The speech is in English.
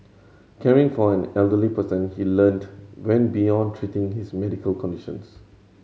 caring for an elderly person he learnt went beyond treating his medical conditions